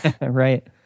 Right